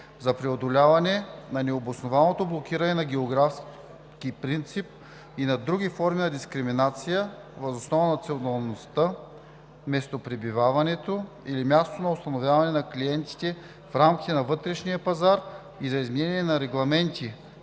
за преодоляване на необоснованото блокиране на географски принцип и на други форми на дискриминация въз основа на националността, местопребиваването или мястото на установяване на клиентите в рамките на вътрешния пазар и за изменение на Регламенти